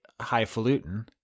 highfalutin